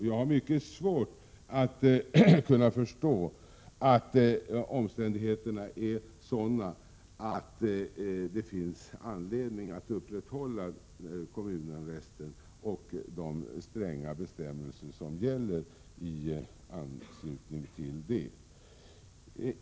Jag har mycket svårt att förstå att omständigheterna är sådana att det finns anledning att upprätthålla kommunarresten och de stränga bestämmelser som gäller i anslutning till den.